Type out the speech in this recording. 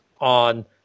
on